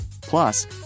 Plus